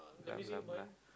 blah blah blah